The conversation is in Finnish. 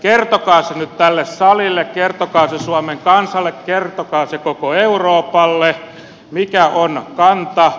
kertokaa se nyt tälle salille kertokaa se suomen kansalle kertokaa se koko euroopalle mikä on kanta